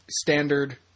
standard